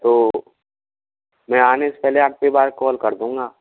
तो मैं आने से पहले आपके पास कॉल कर दूँगा